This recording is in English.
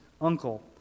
uncle